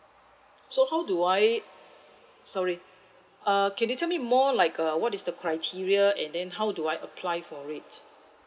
so how do I sorry err can you tell me more like uh what is the criteria and then how do I apply for it